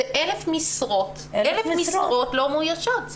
זה 1,000 משרות לא מאוישות.